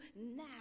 now